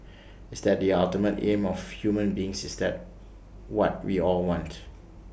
is that the ultimate aim of human beings is that what we all want